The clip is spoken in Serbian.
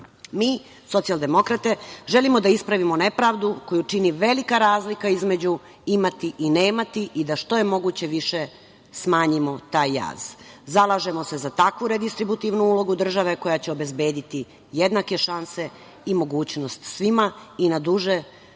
socijaldemokrate, želimo da ispravimo nepravdu koju čini velika razlika između imati i nemati, i da što je moguće više smanjimo taj jaz. Zalažemo se za takvu redistributivnu ulogu države koja će obezbediti jednake šanse i mogućnost svima i na duže staze